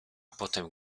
potem